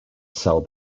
cell